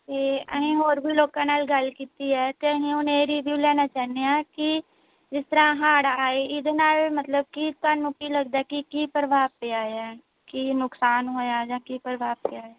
ਅਤੇ ਅਸੀਂ ਹੋਰ ਵੀ ਲੋਕਾਂ ਨਾਲ ਗੱਲ ਕੀਤੀ ਹੈ ਅਤੇ ਅਹੀਂ ਹੁਣ ਇਹ ਰਿਵਿਊ ਲੈਣਾ ਚਾਹੁੰਦੀ ਹਾਂ ਕਿ ਜਿਸ ਤਰ੍ਹਾਂ ਹੜ੍ਹ ਆਏ ਇਹਦੇ ਨਾਲ ਮਤਲਬ ਕੀ ਤੁਹਾਨੂੰ ਕੀ ਲੱਗਦਾ ਕਿ ਕੀ ਪ੍ਰਭਾਵ ਪਿਆ ਆ ਕੀ ਨੁਕਸਾਨ ਹੋਇਆ ਜਾਂ ਕੀ ਪ੍ਰਭਾਵ ਪਿਆ